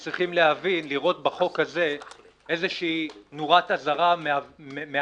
לכן גם צריכים לראות בחוק הזה איזושהי נורת אזהרה לכך